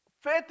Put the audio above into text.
faith